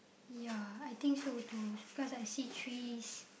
ya I think so too because I see trees